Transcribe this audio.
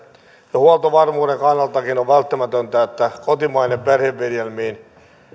huoltovarmuuden kannaltakin on välttämätöntä että kotimainen perheviljelmiin